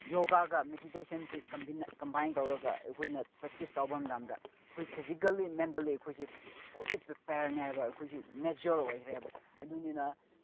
ꯌꯣꯒꯥꯒ ꯃꯦꯗꯤꯇꯦꯁꯟꯁꯦ ꯀꯝꯕꯥꯏꯟ ꯇꯧꯔꯒ ꯑꯩꯈꯣꯏꯅ ꯄ꯭ꯔꯦꯛꯇꯤꯁ ꯇꯧꯕ ꯃꯇꯝꯗ ꯑꯩꯈꯣꯏ ꯐꯤꯖꯤꯀꯦꯜꯂꯤ ꯃꯦꯟꯇꯦꯜꯂꯤ ꯑꯩꯈꯣꯏꯁꯦ ꯐꯨꯜꯂꯤ ꯄ꯭ꯔꯤꯄꯦꯌꯔꯅꯦꯕ ꯑꯩꯈꯣꯏꯁꯦ ꯃꯦꯆꯨꯌꯣꯔ ꯑꯣꯏꯈ꯭ꯔꯦꯕ ꯑꯗꯨꯅꯤꯅ